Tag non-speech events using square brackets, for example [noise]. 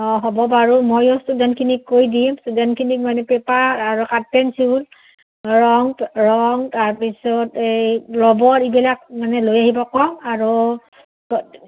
অঁ হ'ব বাৰু ময়ো ষ্টুডেণ্টখিনিক কৈ দিম ষ্টুডেণ্টখিনিক মানে পেপাৰ আৰু কাঠ পেঞ্চিল ৰং ৰং তাৰপিছত এই ৰবৰ এইবিলাক মানে লৈ আহিব ক'ম আৰু [unintelligible]